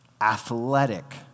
athletic